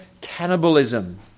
cannibalism